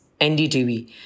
NDTV